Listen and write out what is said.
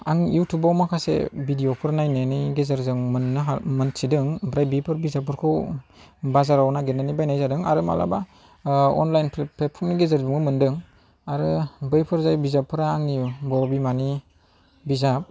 आं इउटुबाव माखासे भिडिय'फोर नायनायनि गेजेरजों मोननो हादो मोन्थिदों ओमफ्रा बेफोर बिजाबफोरखौ बाजाराव नागिरनानै बायनाय जादों आरो माब्लाबा अनलाइन प्लेटफर्मनि गेजेरजोंबो मोन्दों आरो बैफोर जाय बिजाबफोरा आंनि बर' बिमानि बिजाब